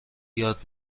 یاد